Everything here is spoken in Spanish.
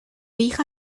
hija